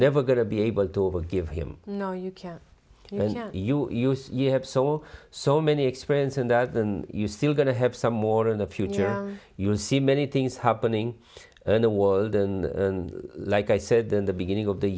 never going to be able to give him no you can't you use you have saw so many experience in that than you still going to have some more in the future you see many things happening in the world than like i said in the beginning of the